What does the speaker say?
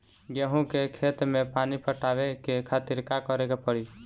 गेहूँ के खेत मे पानी पटावे के खातीर का करे के परी?